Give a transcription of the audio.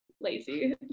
lazy